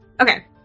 Okay